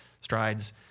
strides